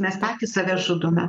mes patys save žudome